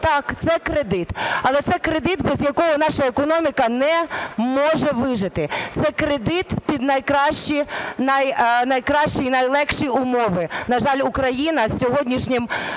Так, це кредит, але це кредит, без якого наша економіка не може вижити, це кредит під найкращі і найлегші умови. На жаль, Україна сьогоднішнім